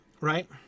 Right